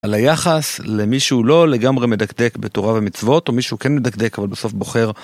על היחס למישהו לא לגמרי מדקדק בתורה ומצוות, או מישהו כן מדקדק אבל בסוף בוחר.